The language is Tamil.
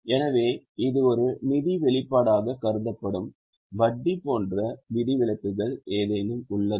எனவே இது ஒரு நிதி வெளிப்பாடாக கருதப்படும் வட்டி போன்ற விதிவிலக்குகள் ஏதேனும் உள்ளதா